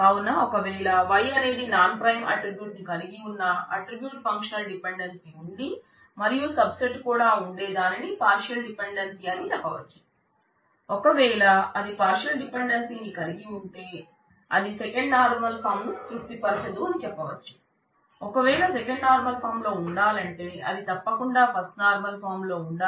కావున ఒక వేళ Y అనేది నాన్ ప్రైమ్ ఆట్రిబ్యూట్ లో ఉండాలి మరియు పార్షల్ డిపెండెన్సీ ని కలిగి ఉండకూడదు